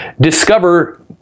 discover